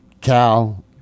Cal